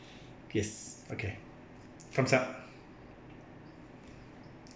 yes okay thumb's up